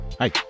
Hi